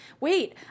wait